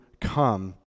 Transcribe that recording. come